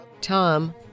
Tom